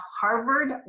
harvard